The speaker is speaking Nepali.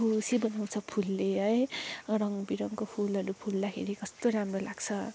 खुसी बनाउँछ फुलले है रङबिरङको फुलहरू फुल्दाखेरि कस्तो राम्रो लाग्छ